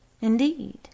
Indeed